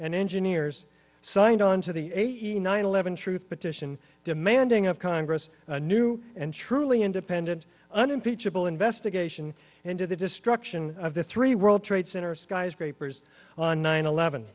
engineers signed on to the eighty nine eleven truth petition demanding of congress a new and truly independent unimpeachable investigation into the destruction of the three world trade center skyscrapers on nine eleven